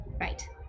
Right